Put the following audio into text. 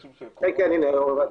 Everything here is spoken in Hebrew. אני רוצה לגעת